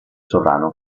sovrano